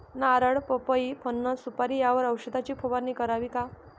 नारळ, पपई, फणस, सुपारी यावर औषधाची फवारणी करावी का?